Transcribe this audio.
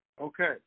Okay